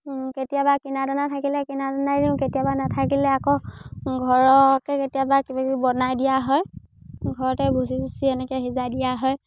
কেতিয়াবা কিনা দানা থাকিলে কিনা দানাই দিওঁ কেতিয়াবা নাথাকিলে আকৌ ঘৰতে কেতিয়াবা কিবা কিবি বনাই দিয়া হয় ঘৰতে ভুচি চুচি এনেকে সিজাই দিয়া হয়